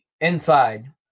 Inside